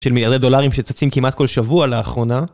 של מיליארדי דולרים שצצים כמעט כל שבוע לאחרונה.